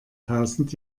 tausend